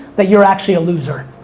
that you're actually a loser.